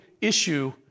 issue